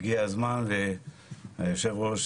הגיע הזמן והיושב ראש,